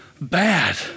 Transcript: bad